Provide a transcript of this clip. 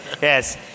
Yes